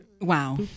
Wow